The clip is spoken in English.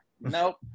nope